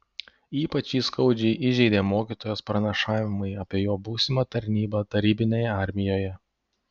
ypač jį skaudžiai įžeidė mokytojos pranašavimai apie jo būsimą tarnybą tarybinėje armijoje